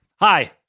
Hi